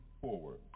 forward